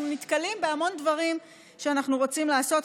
נתקלים בהמון דברים שאנחנו רוצים לעשות,